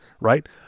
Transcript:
right